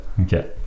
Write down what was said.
Okay